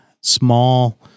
small